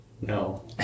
no